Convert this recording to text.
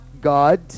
God